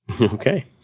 Okay